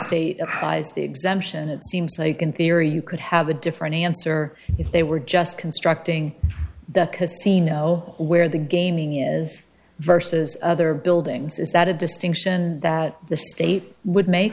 exemption it seems like in theory you could have a different answer if they were just constructing the casino where the gaming is versus other buildings is that a distinction that the state would ma